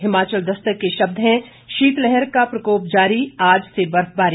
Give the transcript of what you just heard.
हिमाचल दस्तक के शब्द हैं शीतलहर का प्रकोप जारी आज से बर्फबारी